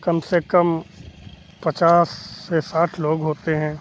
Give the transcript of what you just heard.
कम से कम पचास से साठ लोग होते हैं